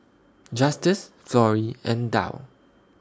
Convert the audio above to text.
Justus Florrie and Dow